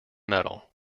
medal